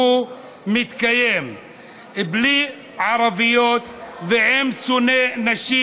מתקיים בלי ערביות ועם שונאי נשים,